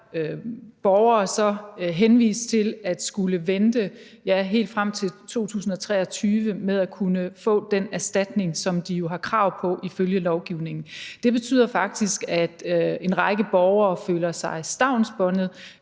borgere så henvist til at skulle vente, ja, helt frem til 2023 med at kunne få den erstatning, som de jo har krav på ifølge lovgivningen. Det betyder faktisk, at en række borgere føler sig stavnsbundet.